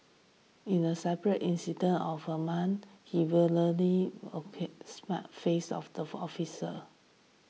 in a separate incident of a month he the face of the officer